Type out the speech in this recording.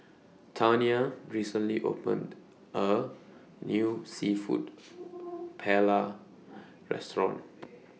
Taniya recently opened A New Seafood Paella Restaurant